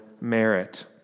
merit